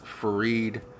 Fareed